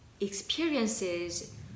experiences